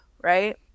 right